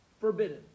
forbidden